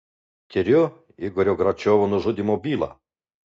tiriu igorio gračiovo nužudymo bylą